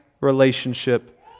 relationship